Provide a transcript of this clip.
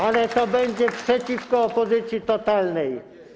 Ale to będzie przeciwko opozycji totalnej.